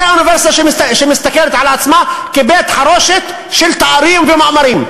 זו אוניברסיטה שמסתכלת על עצמה כבית-חרושת של תארים ומאמרים.